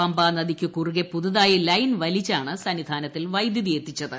പമ്പാനദിക്ക് കുറുകെ പുതുതായി ലൈൻ വലിച്ചാണ് സന്നിധാനത്താൽ വൈദ്യുതി എത്തിച്ചത്